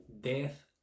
death